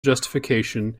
justification